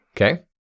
okay